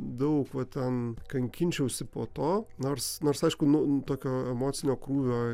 daug va ten kankinčiausi po to nors nors aišku nu tokio emocinio krūvio